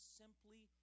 simply